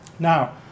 Now